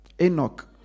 Enoch